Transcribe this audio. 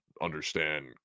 understand